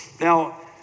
Now